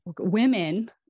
women